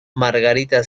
margarita